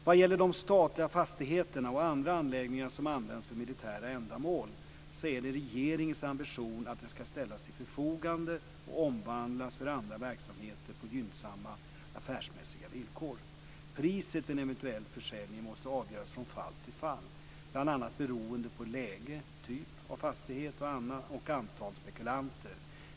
Vad gäller de statliga fastigheter och andra anläggningar som används för militära ändamål är det regeringens ambition att de ska ställas till förfogande och omvandlas för andra verksamheter på gynnsamma affärsmässiga villkor. Priset vid en eventuell försäljning måste avgöras från fall till fall, bl.a. beroende på läge, typ av fastighet och antal spekulanter.